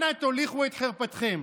אנה תוליכו את חרפתכם?